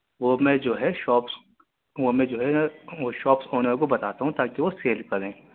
وہ میں جو ہے شاپس وہ میں جو ہے وہ شاپس آنر کو بتاتا ہوں تاکہ وہ سیل کریں